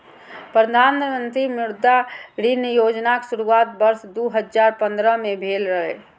प्रधानमंत्री मुद्रा ऋण योजनाक शुरुआत वर्ष दू हजार पंद्रह में भेल रहै